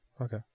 Okay